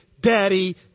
daddy